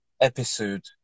episode